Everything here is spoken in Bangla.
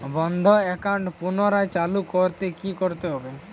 বন্ধ একাউন্ট পুনরায় চালু করতে কি করতে হবে?